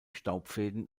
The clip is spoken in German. staubfäden